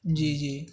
جی جی